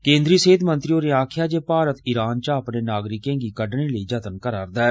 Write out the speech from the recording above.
केन्द्रीय सेहत मंत्री होरें आक्खेया जे भारत ईरान चा अपने नागरिकें गी कड़डने लेई जतन करा रदा ऐ